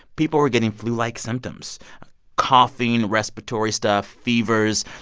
people were getting flu-like symptoms coughing, respiratory stuff, fevers.